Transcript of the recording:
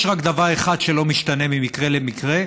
רק דבר אחד לא משתנה ממקרה למקרה,